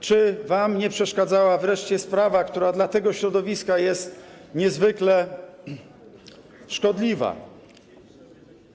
Czy wam nie przeszkadzała wreszcie sprawa, która dla tego środowiska jest niezwykle szkodliwa?